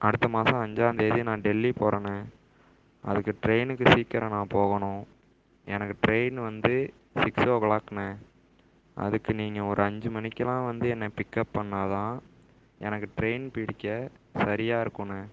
அடுத்த மாசம் அஞ்சாந்தேதி நான் டெல்லி போகிறேண்ண அதுக்கு ட்ரெயினுக்கு சீக்கிரம் நான் போகணும் எனக்கு ட்ரெயின் வந்து சிக்ஸ் ஓ க்ளாக்ண்ண அதுக்கு நீங்கள் ஒரு அஞ்சு மணிக்குலாம் வந்து என்ன பிக்கப் பண்ணால் தான் எனக்கு ட்ரெயின் பிடிக்க சரியாக இருக்குண்ணன்